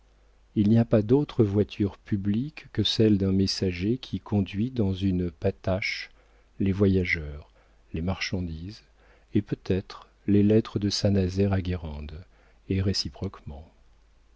il n'y a pas d'autre voiture publique que celle d'un messager qui conduit dans une patache les voyageurs les marchandises et peut-être les lettres de saint-nazaire à guérande et réciproquement